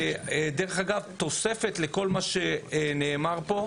דרך אגב, תוספת לכול מה שנאמר פה,